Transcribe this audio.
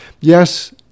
Yes